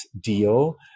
deal